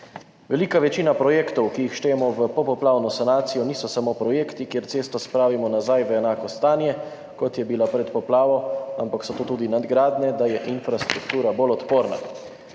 »Velika večina projektov, ki jih štejemo v popoplavno sanacijo, niso samo projekti, kjer cesto spravimo nazaj v enako stanje, kot je bila pred poplavo, ampak so to tudi nadgradnje, da je infrastruktura bolj odporna.